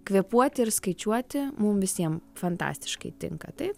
kvėpuoti ir skaičiuoti mum visiem fantastiškai tinka taip